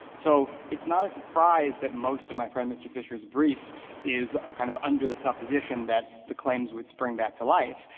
so it's not a surprise that most of my friend mr. fisher's brief is kind of under the supposition that the claims would spring back to life,